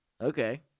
okay